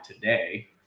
today